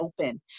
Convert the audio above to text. open